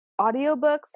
audiobooks